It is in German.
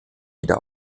wieder